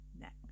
next